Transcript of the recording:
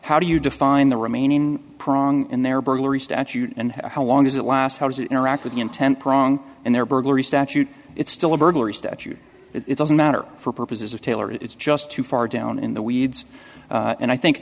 how do you define the remaining pronk in their burglary statute and how long does it last how does it interact with the intent prong and their burglary statute it's still a burglary statute it doesn't matter for purposes of taylor it's just too far down in the weeds and i think